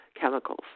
chemicals